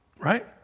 Right